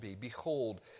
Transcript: Behold